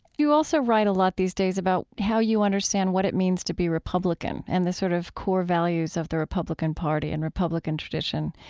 you also write a lot these days about how you understand what it means to be republican and the sort of core values of the republican party and republican tradition.